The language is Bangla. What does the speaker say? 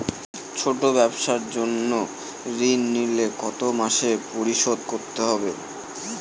ছোট ব্যবসার জন্য ঋণ নিলে কত মাসে পরিশোধ করতে হয়?